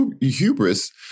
hubris